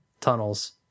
tunnels